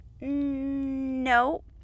No